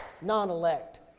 non-elect